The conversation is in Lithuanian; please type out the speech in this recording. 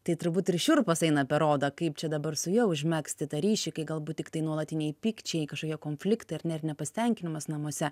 tai turbūt ir šiurpas eina per odą kaip čia dabar su juo užmegzti tą ryšį kai galbūt tiktai nuolatiniai pykčiai kažkokie konfliktai ar ne ir nepasitenkinimas namuose